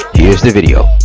here's the video